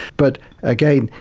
but again,